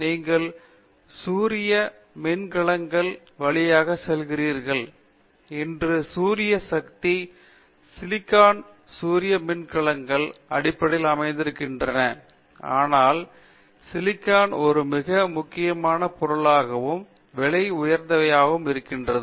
நீங்கள் சூரிய மின்கலங்கள் வழியாக செல்கிறீர்கள் இன்று சூரிய சக்திகள் சிலிக்கான் சூரிய மின்கலங்களின் அடிப்படையில் அமைந்திருக்கின்றன ஆனால் சிலிக்கான் ஒரு மிக முக்கியமான பொருளாகவும் விலை உயர்த்தவையாகவும் இருக்கிறது